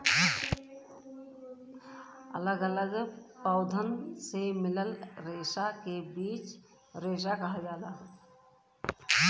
अलग अलग पौधन से मिलल रेसा के बीज रेसा कहल जाला